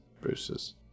Bruce's